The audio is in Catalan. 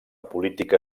política